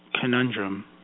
conundrum